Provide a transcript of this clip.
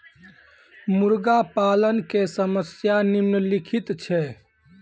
मुर्गा पालन के समस्या निम्नलिखित छै